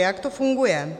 Jak to funguje?